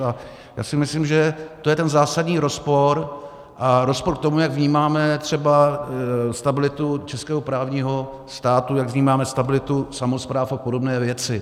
A já si myslím, že to je ten zásadní rozpor a rozpor k tomu, jak vnímáme třeba stabilitu českého právního státu, jak vnímáme stabilitu samospráv a podobné věci.